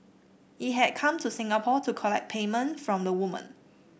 he had come to Singapore to collect payment from the woman